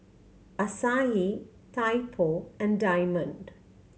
Asahi Typo and Diamond